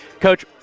Coach